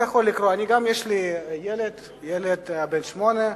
גם לי יש ילד בן שמונה.